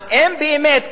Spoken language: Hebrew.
אז אם באמת,